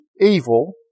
evil